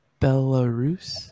Belarus